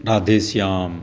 Radhe Shyam